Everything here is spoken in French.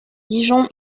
dijon